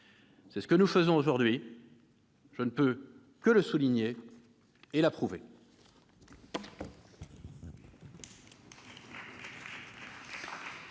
C'est ce que nous faisons aujourd'hui. Je ne peux que le souligner et l'approuver.